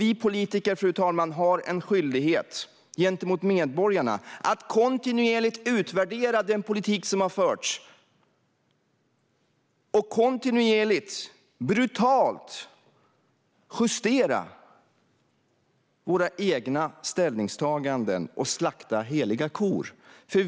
Vi politiker har en skyldighet gentemot medborgarna att kontinuerligt utvärdera den politik som har förts och kontinuerligt, brutalt, justera våra egna ställningstaganden och slakta heliga kor.